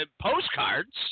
postcards